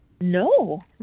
no